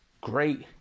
great